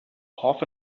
half